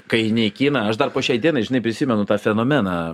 kai eini į kiną aš dar po šiai dienai žinai prisimenu tą fenomeną